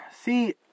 see